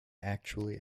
actually